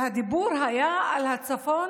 והדיבור היה על הצפון,